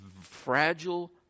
fragile